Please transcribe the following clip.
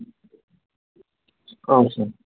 औ सार